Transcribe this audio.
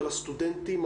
על הסטודנטים,